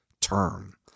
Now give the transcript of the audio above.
term